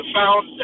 found